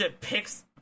picks